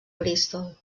bristol